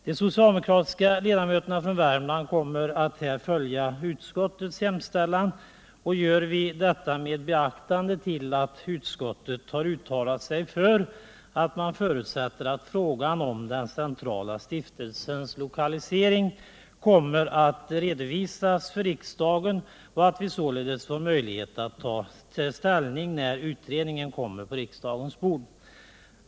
De socialdemokratiska ledamöterna från Värmland kommer här att följa utskottets hemställan, och vi gör det med beaktande av att utskottet har uttalat att man förutsätter att frågan om den centrala stiftelsens lokalisering kommer att redovisas för riksdagen, och att vi således får möjlighet att ta ställning när utredningen kommer på riksdagens bord.